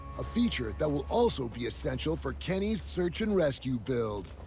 a feature that will also be essential for kenny's search and rescue build.